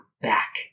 back